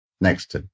Next